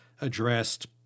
addressed